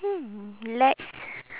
hmm let's